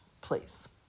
please